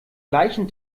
gleichen